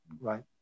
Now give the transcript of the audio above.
Right